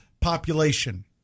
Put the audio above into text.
population